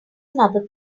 another